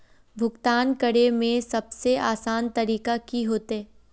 भुगतान करे में सबसे आसान तरीका की होते?